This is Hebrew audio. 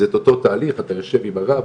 זה את אותו תהליך, אתה יושב עם הרב,